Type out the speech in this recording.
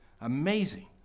Amazing